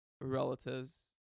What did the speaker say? relatives